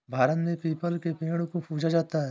भारत में पीपल के पेड़ को पूजा जाता है